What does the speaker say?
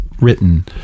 written